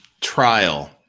trial